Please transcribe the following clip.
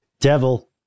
Devil